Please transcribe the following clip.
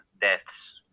deaths